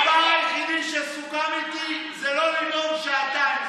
הדבר היחיד שסוכם איתי זה לא לנאום שעתיים.